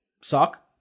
suck